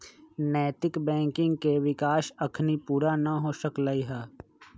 नैतिक बैंकिंग के विकास अखनी पुरा न हो सकलइ ह